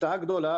הפתעה גדולה,